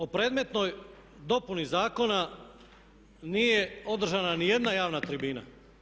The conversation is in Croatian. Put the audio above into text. O predmetnoj dopuni zakona nije održana ni jedna javna tribina.